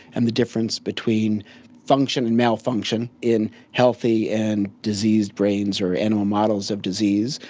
and the difference between function and malfunction in healthy and diseased brains or animal models of disease.